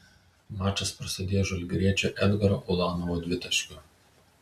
mačas prasidėjo žalgiriečio edgaro ulanovo dvitaškiu